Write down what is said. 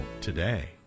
today